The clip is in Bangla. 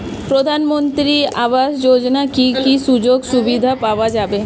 প্রধানমন্ত্রী আবাস যোজনা কি কি সুযোগ সুবিধা পাওয়া যাবে?